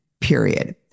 period